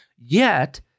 yet-